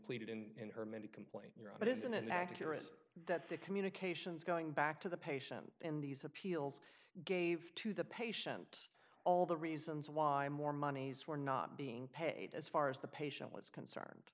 pleaded in her mini complaint but isn't it accurate that the communications going back to the patient in these appeals gave to the patient all the reasons why more monies were not being paid as far as the patient was concerned